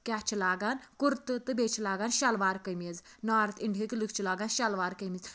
کیٛاہ چھِ لاگان کُرتہٕ تہٕ بیٚیہِ چھِ لاگان شَلوار قمیٖض نارتھ اِنڈیہٕکۍ لُکھ چھِ لاگان شَلوار قمیٖض